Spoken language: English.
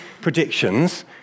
predictions